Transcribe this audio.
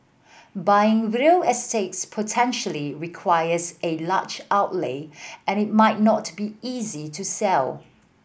buying real estate potentially requires a large outlay and it might not be easy to sell